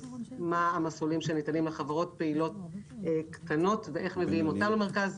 לכן מה המסלולים שניתנים לחברות פעילות קטנות ואיך מביאים אותן למרכז?